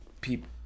people